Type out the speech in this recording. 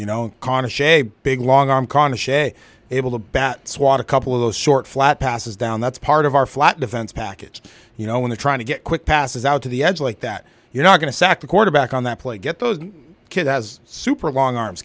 you know qana share a big long arm karna shea able to bat swat a couple of those short flat passes down that's part of our flat defense package you know when the trying to get quick passes out to the edge like that you're not going to sack the quarterback on that play get those kid has super long arms